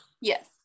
Yes